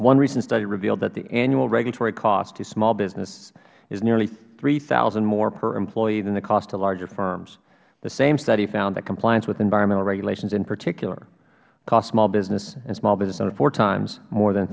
one recent study revealed that the annual regulatory cost to small business is nearly three thousand dollars more per employee than the cost to larger firms the same study found that compliance with environmental regulations in particular cost small business and small business owners four times more than